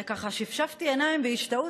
ושפשפתי עיניים בהשתאות.